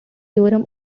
durham